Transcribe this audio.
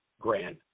grand